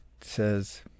says